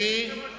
אדוני היושב-ראש,